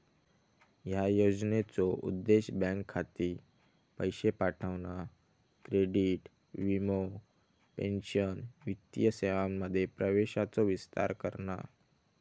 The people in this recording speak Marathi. ह्या योजनेचो उद्देश बँक खाती, पैशे पाठवणा, क्रेडिट, वीमो, पेंशन वित्तीय सेवांमध्ये प्रवेशाचो विस्तार करणा